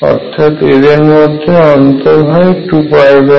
অর্থাৎ এদের মধ্যে অন্তর 2a